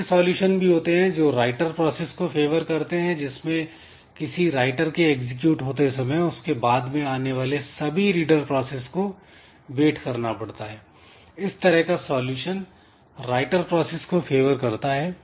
ऐसे सॉल्यूशन भी होते हैं जो राइटर प्रोसेस को फेवर करते हैं जिसमें किसी राइटर के एग्जीक्यूट होते समय उसके बाद में आने वाले सभी रीडर प्रोसेस को वेट करना पड़ता है इस तरह का सॉल्यूशन राइटर प्रोसेस को फेवर करता है